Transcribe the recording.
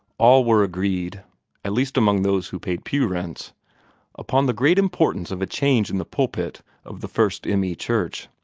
all were agreed at least among those who paid pew-rents upon the great importance of a change in the pulpit of the first m. e. church.